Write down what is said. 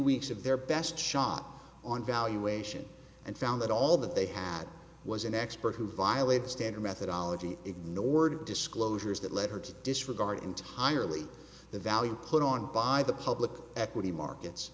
weeks of their best shot on valuation and found that all that they had was an expert who violated standard methodology ignored disclosures that led her to disregard entirely the value put on by the public equity markets